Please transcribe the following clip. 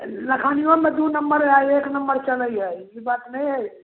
लखानिओमे दुइ नम्बर आओर एक नम्बर चलै हइ ई बात नहि हइ